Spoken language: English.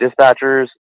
dispatchers